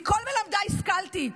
מכל מלמדיי השכלתי.